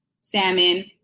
salmon